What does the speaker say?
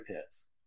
pits